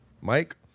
Mike